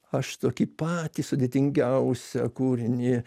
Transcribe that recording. aš tokį patį sudėtingiausią kūrinį